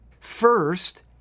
First